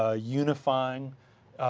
ah unifying,